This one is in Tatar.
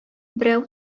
берәү